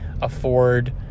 afford